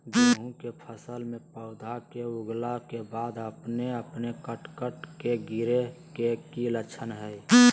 गेहूं के फसल में पौधा के उगला के बाद अपने अपने कट कट के गिरे के की लक्षण हय?